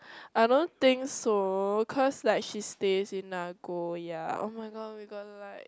I don't think so cause like she stays in Nagoya [oh]-my-god we got like